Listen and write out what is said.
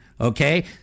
Okay